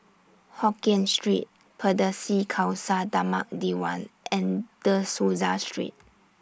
Hokien Street Pardesi Khalsa Dharmak Diwan and De Souza Street